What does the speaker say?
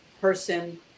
person